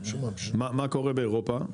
מה קורה באירופה?